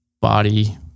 body